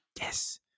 Yes